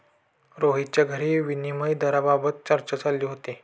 रोहितच्या घरी विनिमय दराबाबत चर्चा चालली होती